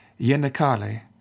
Yenikale